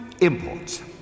imports